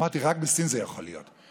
אמרתי: רק בסין זה יכול להיות.